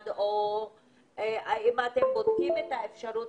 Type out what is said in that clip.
לנו היום את כל האנשים בשביל לראות מה אפשר לעשות.